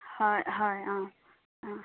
হয় হয় অঁ অঁ